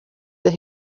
that